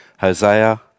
Hosea